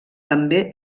també